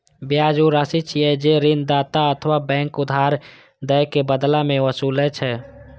ब्याज ऊ राशि छियै, जे ऋणदाता अथवा बैंक उधार दए के बदला मे ओसूलै छै